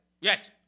Yes